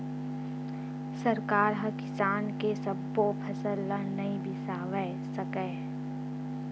सरकार ह किसान के सब्बो फसल ल नइ बिसावय सकय